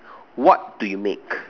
what do you make